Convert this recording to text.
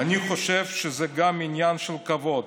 אני חושב שזה גם עניין של כבוד.